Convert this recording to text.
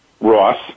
Ross